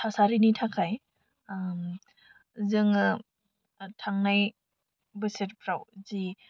थासारिनि थाखाय आं जोङो थांनाय बोसोरफ्राव जि